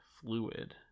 fluid